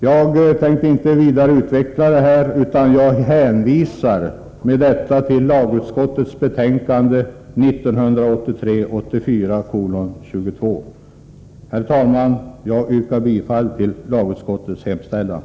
Jag skall inte utveckla detta vidare utan hänvisar till lagutskottets betänkande 1983/84:22. Herr talman! Jag yrkar bifall till lagutskottets hemställan.